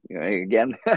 again